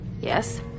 Yes